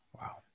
Wow